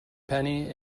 penny